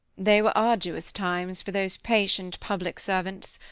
they were arduous times for those patient public servants.